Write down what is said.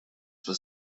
was